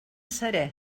serè